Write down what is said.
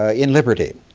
ah in liberty.